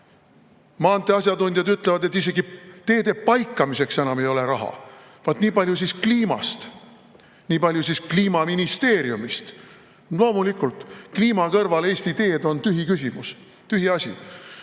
Maantee asjatundjad ütlevad, et isegi teede paikamiseks enam ei ole raha. Vaat nii palju siis kliimast, nii palju siis Kliimaministeeriumist! Loomulikult, kliima kõrval Eesti teed on tühiküsimus, tühiasi.